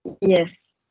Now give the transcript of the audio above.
yes